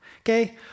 okay